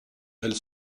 elle